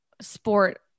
sport